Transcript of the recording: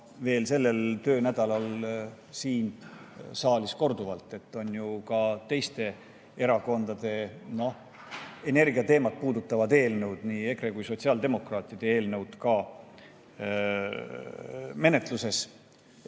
veel sellel töönädalal siin saalis korduvalt. On ju ka teiste erakondade energiateemat puudutavad eelnõud, nii EKRE kui ka sotsiaaldemokraatide eelnõud, menetluses